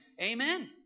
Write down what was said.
Amen